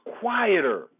quieter